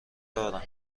دارم